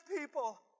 people